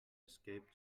escape